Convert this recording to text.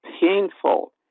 painful